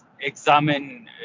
examine